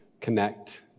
connect